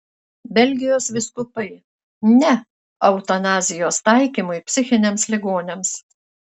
belgijos vyskupai ne eutanazijos taikymui psichiniams ligoniams